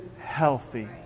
healthy